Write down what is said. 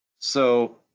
so